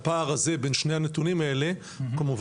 הפער הזה בין שני הנתונים האלה כמובן